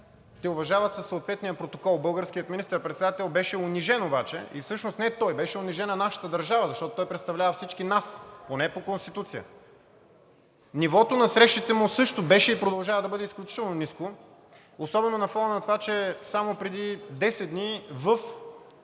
те уважават със съответния протокол. Българският министър председател беше унижен обаче и всъщност не той беше унижен, а нашата държава, защото той представлява всички нас, поне по Конституция. Нивото на срещите му също беше и продължава да бъде изключително ниско, особено на фона на това, че само преди 10 дни в